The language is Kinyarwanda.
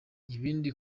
ibindi